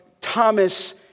Thomas